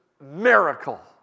miracle